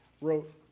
wrote